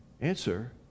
Answer